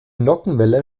nockenwelle